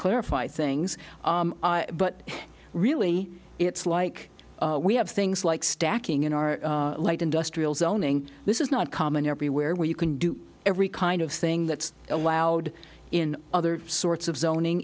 clarify things but really it's like we have things like stacking in our light industrial zoning this is not common everywhere where you can do every kind of thing that's allowed in other sorts of zoning